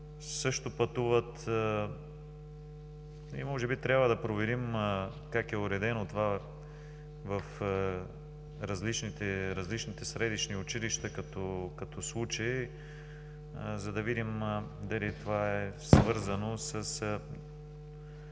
също пътуват и може би трябва да проверим как е уредено това в различните средищни училища, за да видим дали това не е свързано с